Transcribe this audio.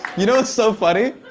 you know what's so funny?